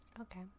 okay